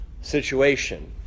situation